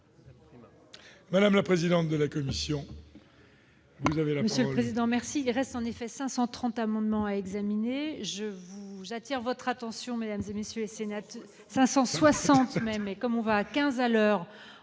Madame la présidente de la commission, vous avez fait une